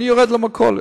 אני יורד למכולת.